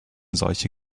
solche